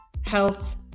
health